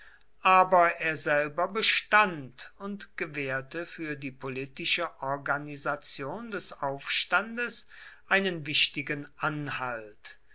aber er selber bestand und gewährte für die politische organisation des aufstandes einen wichtigen anhalt